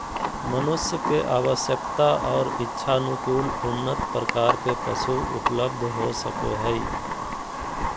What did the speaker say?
मनुष्य के आवश्यकता और इच्छानुकूल उन्नत प्रकार के पशु उपलब्ध हो सको हइ